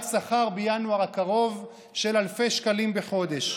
שכר בינואר הקרוב של אלפי שקלים בחודש,